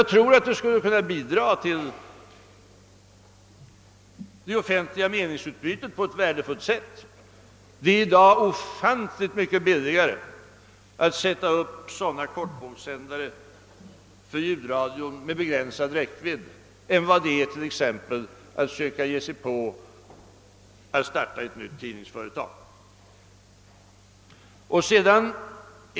De skulle värdefullt kunna bidra till det offentliga meningsutbytet. Det är i dag ofantligt mycket billigare att sätta upp sådana kortvågssändare med begränsad räckvidd än att exempelvis starta ett nytt tidningsföretag.